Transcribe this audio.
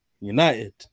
United